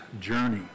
journey